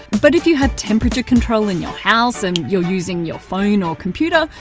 but if you have temperature control in your house, and you're using your phone or computer,